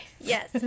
Yes